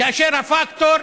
כאשר הפקטור,